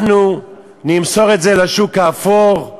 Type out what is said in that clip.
אנחנו נמסור את זה לשוק האפור,